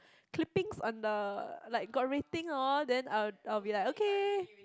clippings on the like got rating orh then I I'll be like okay